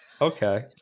okay